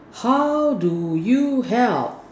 how do you help